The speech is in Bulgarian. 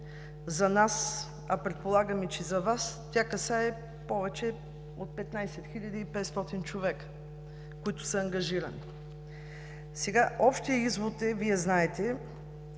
за нас, а предполагам, че и за Вас, тя касае повече от 15 500 човека, които са ангажирани. Общият извод е, Вие знаете,